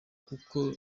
kuko